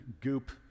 goop